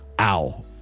Ow